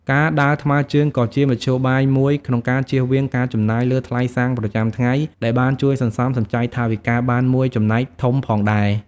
ការដើរថ្មើរជើងក៏ជាមធ្យោបាយមួយក្នុងការជៀសវាងការចំណាយលើថ្លៃសាំងប្រចាំថ្ងៃដែលបានជួយសន្សំសំចៃថវិកាបានមួយចំណែកធំផងដែរ។